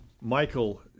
Michael